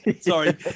sorry